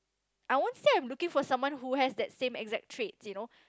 I won't say I'm looking for someone who has that same exact traits you know